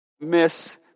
miss